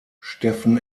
stephen